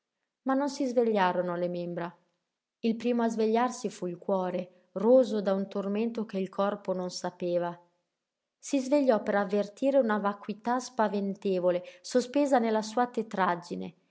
ma non si svegliarono le membra il primo a svegliarsi fu il cuore róso da un tormento che il corpo non sapeva si svegliò per avvertire una vacuità spaventevole sospesa nella sua tetraggine